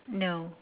no